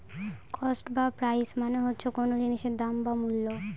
cost বা price মানে হচ্ছে কোন জিনিসের দাম বা মূল্য